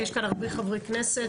כי יש כאן הרבה חברי כנסת.